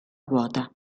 quota